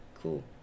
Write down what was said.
cool